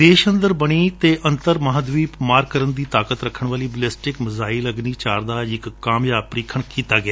ਦੇਸ਼ ਅੰਦਰ ਬਣੀ ਅਤੇ ਅੰਤਰ ਮਹਾਂਦੀਪ ਮਾਰਕ ਕਰਨ ਦੀ ਤਾਕਤਕ ਰੱਖਣ ਵਾਲੀ ਬੈਲੇਸਟਿਕ ਮਿਜ਼ਾਇਲ ਅਗਨੀ ਚਾਰ ਦਾ ਅੱਜ ਕਾਮਯਾਬ ਪ੍ਰੀਖਣ ਕੀਤਾ ਗਿਆ